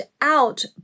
out